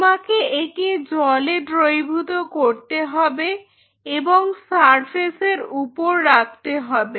তোমাকে একে জলে দ্রবীভূত করতে হবে এবং সারফেস এর উপর রাখতে হবে